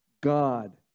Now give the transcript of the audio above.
God